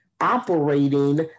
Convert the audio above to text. operating